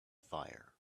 fire